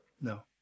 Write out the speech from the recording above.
No